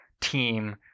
team